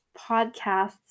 podcasts